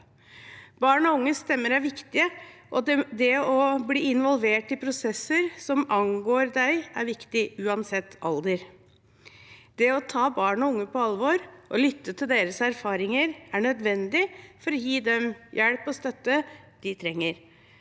Barn og unges stemme er viktig, og det å bli involvert i prosesser som angår deg, er viktig – uansett alder. Det å ta barn og unge på alvor og lytte til deres erfaringer er nødvendig for å gi dem den hjelp og støtte de trenger.